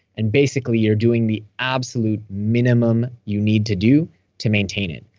and basically, you're doing the absolute minimum you need to do to maintain it.